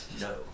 No